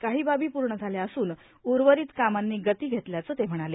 काही बाबी पूर्ण झाल्या असून उर्वरित कामांनी गती घेतल्याचे ते म्हणाले